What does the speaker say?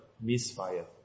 misfire